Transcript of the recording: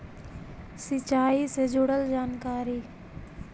सिंचाई से जुड़ल जानकारी?